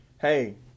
Hey